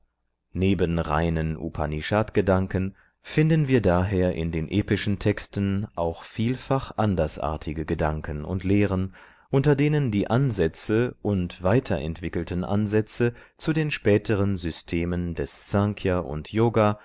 neben reinen upanishadgedanken finden wir daher in den epischen texten auch vielfach andersartige gedanken und lehren unter denen die ansätze und weitentwickelte ansätze zu den späteren systemen des snkhya und yoga